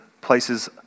places